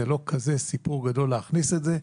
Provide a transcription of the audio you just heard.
זה לא כזה סיפור גדול להכניס את זה.